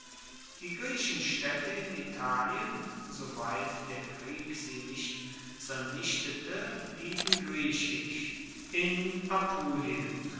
die griechenstaedte in italien soweit der krieg sie nicht zernichtete blieben griechisch in apulien